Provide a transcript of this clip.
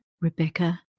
Rebecca